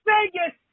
Vegas